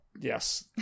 yes